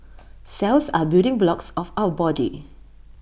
cells are building blocks of our body